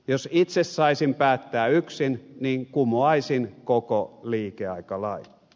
jos itse saisin päättää yksin niin kumoaisin koko liikeaikalain